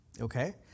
Okay